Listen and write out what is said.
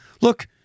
look